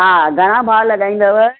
हा घणा भाव लॻाईंदव